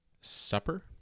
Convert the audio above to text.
supper